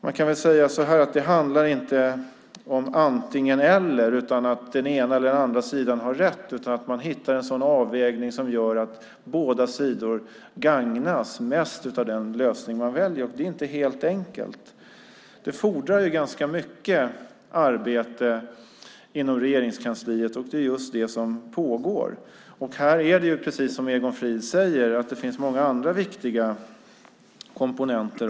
Man kan väl säga att det inte handlar om antingen eller, om att den ena eller den andra sidan har rätt, utan om att man hittar fram till en avvägning som är sådan att båda sidor gagnas av den lösning som väljs. Detta är inte alldeles enkelt. Det fordrar ganska mycket arbete inom Regeringskansliet. Just det arbetet pågår. Precis som Egon Frid säger finns det också många andra viktiga komponenter.